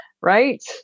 Right